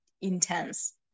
intense